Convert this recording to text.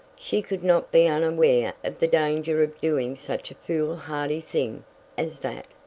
she could not be unaware of the danger of doing such a fool-hardy thing as that!